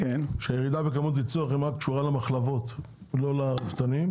שהירידה בכמות ייצור החמאה קשורה למחלבות ולא לרפתנים.